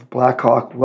Blackhawk